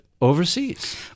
overseas